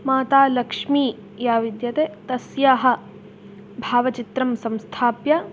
माता लक्ष्मी या विद्यते तस्याः भावचित्रं संस्थाप्य